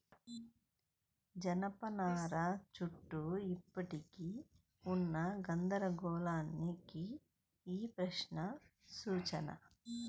జనపనార చుట్టూ ఇప్పటికీ ఉన్న గందరగోళానికి ఈ ప్రశ్న సూచన